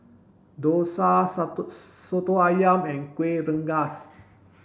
Dosa Soto Ayam and Kueh Rengas